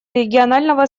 регионального